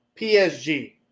PSG